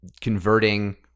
converting